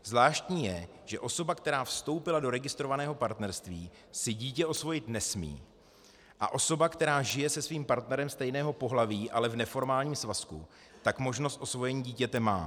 Zvláštní je, že osoba, která vstoupila do registrovaného partnerství, si dítě osvojit nesmí, a osoba, která žije se svým partnerem stejného pohlaví, ale v neformálním svazku, možnost osvojení dítěte má.